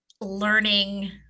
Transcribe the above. learning